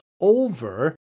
over